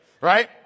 right